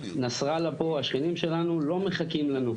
נסראללה פה, השכנים שלנו, לא מחכים לנו.